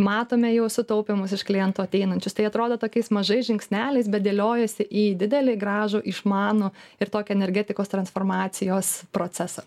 matome jau sutaupymus iš kliento ateinančius tai atrodo tokiais mažais žingsneliais bet dėliojasi į didelį gražų išmanų ir tokį energetikos transformacijos procesą